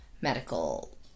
medical